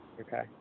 Okay